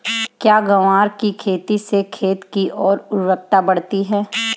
क्या ग्वार की खेती से खेत की ओर उर्वरकता बढ़ती है?